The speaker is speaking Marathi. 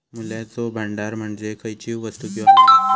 मूल्याचो भांडार म्हणजे खयचीव वस्तू किंवा मालमत्ता